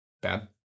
Bad